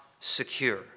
secure